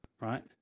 right